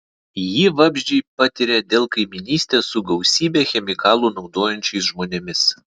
jį vabzdžiai patiria dėl kaimynystės su gausybę chemikalų naudojančiais žmonėmis